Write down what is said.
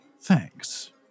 thanks